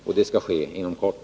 Detta skall ske inom kort.